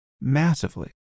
massively